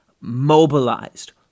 mobilized